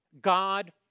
God